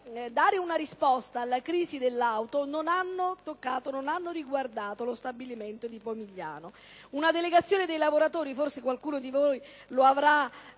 dare una risposta alla crisi dell'auto non hanno riguardato lo stabilimento di Pomigliano d'Arco. Una delegazione dei lavoratori, forse qualcuno di voi lo avrà